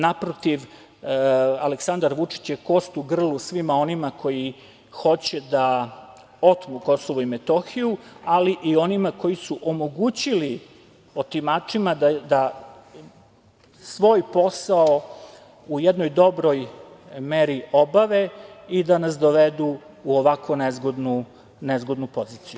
Naprotiv, Aleksandar Vučić je kost u grlu svima onima koji hoće da otmu KiM, ali i onima koji su omogućili otimačima da svoj posao u jednoj dobroj meri obave i da nas dovedu u ovako nezgodnu poziciju.